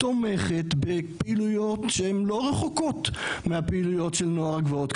תומכת בפעילויות שהן לא רחוקות מהפעילויות של נוער הגבעות,